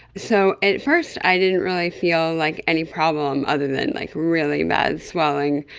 so at first i didn't really feel like any problem other than like really bad swelling.